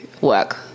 work